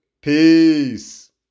peace